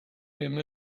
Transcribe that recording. him